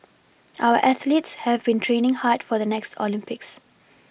our athletes have been training hard for the next Olympics